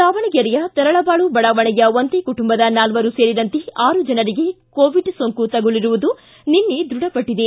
ದಾವಣಗೆರೆಯ ತರಳಬಾಳು ಬಡಾವಣೆಯ ಒಂದೇ ಕುಟುಂಬದ ನಾಲ್ವರು ಸೇರಿದಂತೆ ಆರು ಜನರಿಗೆ ಕೊರೊನಾ ಸೋಂಕು ತಗುಲಿರುವುದು ನಿನ್ನೆ ದೃಢಪಟ್ಟದೆ